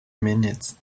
minutes